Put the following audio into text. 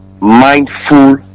Mindful